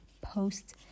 post